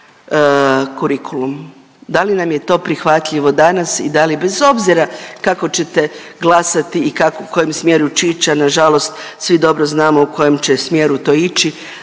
da li nam je to prihvatljivo danas i da li bez obzira kako ćete glasati i kako, u kojem smjeru će ić, a nažalost svi dobro znamo u kojem će smjeru to ići,